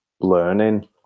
learning